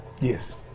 Yes